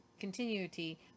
continuity